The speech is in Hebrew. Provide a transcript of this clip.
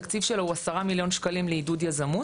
התקציב שלו הוא 10 מיליון שקלים לעידוד יזמות,